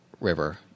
River